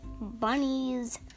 bunnies